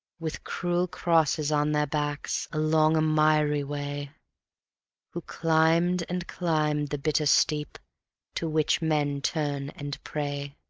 with cruel crosses on their backs, along a miry way who climbed and climbed the bitter steep to which men turn and pray.